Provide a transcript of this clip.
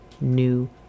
new